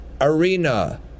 arena